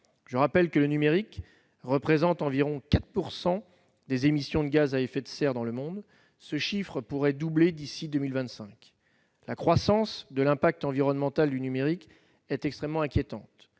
Je rappelle que le numérique représente environ 4 % des émissions de gaz à effet de serre dans le monde. Ce chiffre pourrait doubler d'ici à 2025. La croissance de l'empreinte environnementale du numérique est extrêmement inquiétante